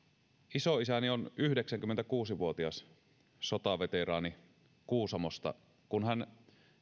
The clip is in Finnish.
isoisäni on yhdeksänkymmentäkuusi vuotias sotaveteraani kuusamosta kun hän